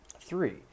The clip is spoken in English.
Three